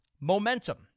momentum